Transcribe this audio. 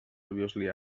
obviously